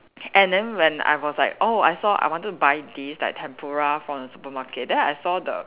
and then when I was like oh I saw I wanted to buy this like tempura from the supermarket then I saw the